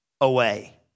away